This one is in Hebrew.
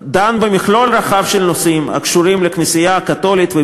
מה אומר ההסכם?